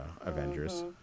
Avengers